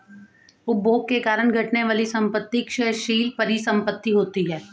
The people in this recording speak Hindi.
उपभोग के कारण घटने वाली संपत्ति क्षयशील परिसंपत्ति होती हैं